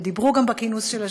ודיברו גם בכינוס של השדולה,